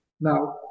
Now